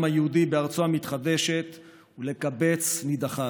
היהודי בארצו המתחדשת ולקבץ נידחיו.